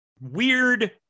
weird